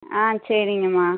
ஆ சரிங்கம்மா